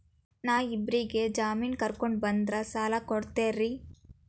ನಾ ಇಬ್ಬರಿಗೆ ಜಾಮಿನ್ ಕರ್ಕೊಂಡ್ ಬಂದ್ರ ಸಾಲ ಕೊಡ್ತೇರಿ?